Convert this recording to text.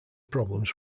problems